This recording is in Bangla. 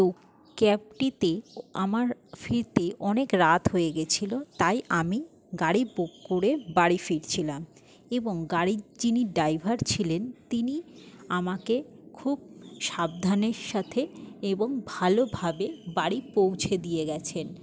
তো ক্য়াবটিতে আমার ফিরতে অনেক রাত হয়ে গেছিলো তাই আমি গাড়ি বুক করে বাড়ি ফিরছিলাম এবং গাড়ির যিনি ড্রাইভার ছিলেন তিনি আমাকে খুব সাবধানের সাথে এবং ভালোভাবে বাড়ি পৌঁছে দিয়ে গেছেন